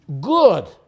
good